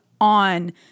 on